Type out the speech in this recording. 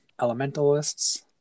Elementalists